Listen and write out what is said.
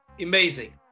Amazing